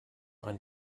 ein